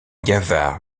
gavard